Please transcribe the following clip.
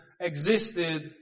existed